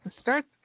Start